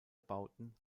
bauten